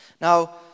Now